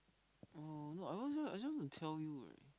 oh no I also I just want to tell you